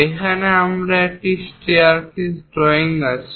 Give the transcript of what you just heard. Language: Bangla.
এখানে আমরা একটি স্টেয়ারকেস ড্রয়িং আছে